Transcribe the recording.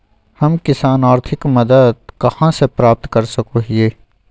हम किसान आर्थिक मदत कहा से प्राप्त कर सको हियय?